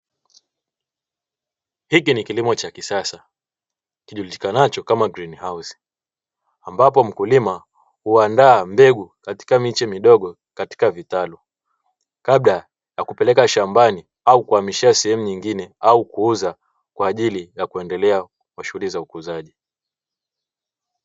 Hiki ni kilimo cha kisasa kijulikanacho kama 'green house', ambapo mkulima huandaa mbegu katika miche midogo katika vitalu, kabla ya kupeleka shambani au kuhamishia sehemu nyingine au kuuza kwaajili ya kuendelea kwa shughuli za ukuzaji.